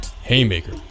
Haymaker